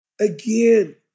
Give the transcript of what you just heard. Again